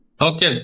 Okay